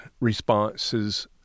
responses